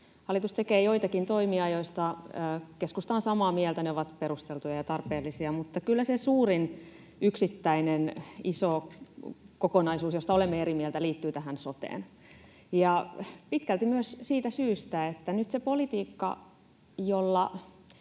Hallitus tekee joitakin toimia, joista keskusta on samaa mieltä. Ne ovat perusteltuja ja tarpeellisia, mutta kyllä se suurin yksittäinen iso kokonaisuus, josta olemme eri mieltä, liittyy tähän soteen, ja pitkälti myös siitä syystä, että nyt se politiikka, jolla